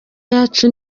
yacu